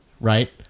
right